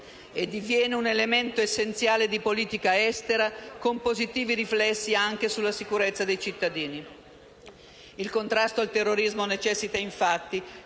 e diviene un elemento essenziale di politica estera, con positivi riflessi anche sulla sicurezza dei cittadini. Il contrasto al terrorismo necessita, infatti,